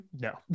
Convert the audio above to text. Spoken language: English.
no